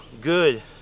good